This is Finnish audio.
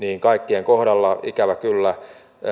kaikkien kohdalla ikävä kyllä